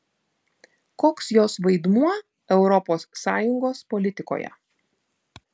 koks jos vaidmuo europos sąjungos politikoje